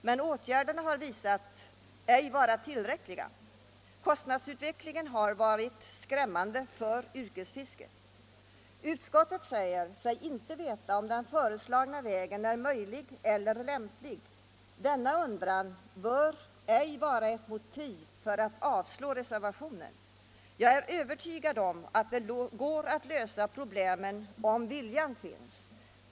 Men åtgärderna har ej visat sig vara tillräckliga. Kostnadsutvecklingen har varit skrämmande för yrkesfisket. Utskottet säger sig inte veta om den föreslagna regeln är möjlig eller lämplig. Denna undran bör ej vara ett motiv för att avslå reservationen. Jag är övertygad om att det går att lösa problemen om viljan finns.